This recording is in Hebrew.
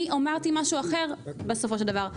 אני אמרתי משהו אחר בסופו של דבר.